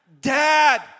dad